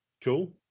cool